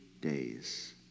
days